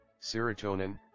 serotonin